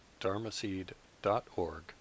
dharmaseed.org